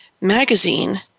magazine